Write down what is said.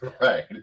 Right